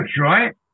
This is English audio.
right